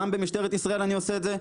גם במשטרת ישראל אני עושה את זה,